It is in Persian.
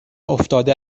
افتاده